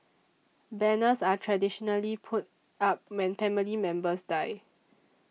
banners are traditionally put up when family members die